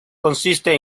consiste